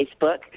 Facebook